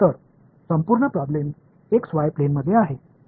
तर संपूर्ण problem X Y प्लेनमध्ये आहे